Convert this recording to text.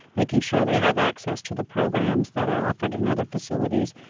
making sure they have access to the programs that are offered in other facilities.